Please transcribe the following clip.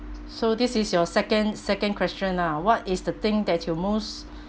so this is your second second question ah what is the thing that you most